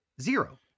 Zero